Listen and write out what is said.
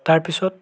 তাৰ পিছত